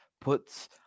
puts